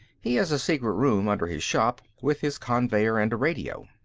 he has a secret room under his shop, with his conveyer and a radio.